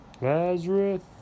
Lazarus